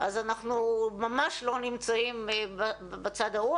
אז אנחנו ממש לא נמצאים בצד ההוא,